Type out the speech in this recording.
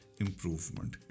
improvement